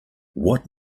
what